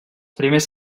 primers